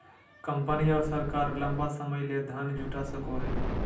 company और सरकार लंबा समय ले धन जुटा सको हइ